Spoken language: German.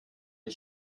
die